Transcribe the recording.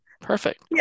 Perfect